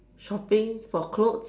shopping for clothes